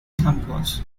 campos